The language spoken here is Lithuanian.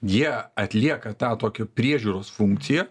jie atlieka tą tokį priežiūros funkciją